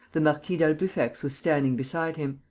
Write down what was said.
the marquis d'albufex was standing beside him.